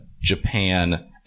Japan